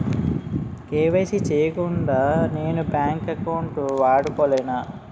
KYC చేయకుండా నేను bank account వాడుకొలేన?